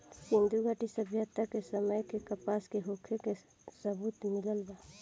सिंधुघाटी सभ्यता के समय में कपास के होखे के सबूत मिलल बा